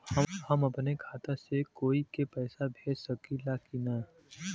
हम अपने खाता से कोई के पैसा भेज सकी ला की ना?